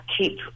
keep